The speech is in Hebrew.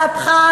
על אפך,